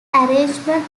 arrangement